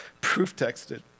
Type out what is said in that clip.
proof-texted